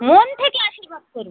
মন থেকে আশীর্বাদ করবো